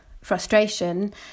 frustration